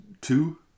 two